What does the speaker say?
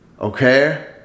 Okay